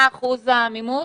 מה אחוז המימוש?